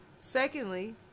Secondly